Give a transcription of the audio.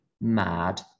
mad